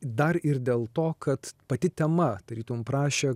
dar ir dėl to kad pati tema tarytum prašė